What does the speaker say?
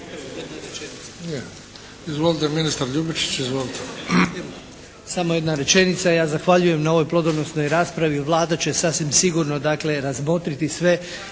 Izvolite, ministar Ljubičić. Izvolite.